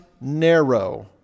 narrow